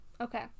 Okay